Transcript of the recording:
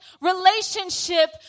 relationship